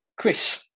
Chris